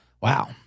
Wow